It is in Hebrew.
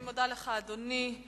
אני מודה לך, אדוני.